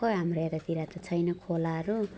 खोइ हाम्रो यतातिर त छैन खोलाहरू